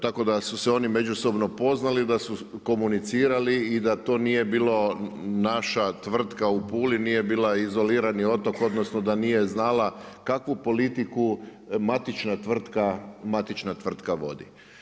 Tako da su se oni međusobno poznali, da su komunicirali i da to nije bilo naša tvrtka u Puli, nije bila izolirani otok, odnosno da nije znala kakvu politiku matična tvrtka vodi.